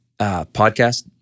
podcast